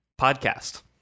podcast